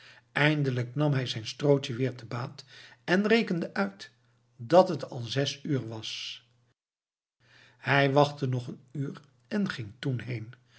eindelijk nam hij zijn strootje weer te baat en rekende uit dat het al zes uur was hij wachtte nog een uur en ging toen heen